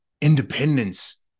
independence